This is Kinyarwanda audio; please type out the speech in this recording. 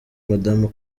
madamu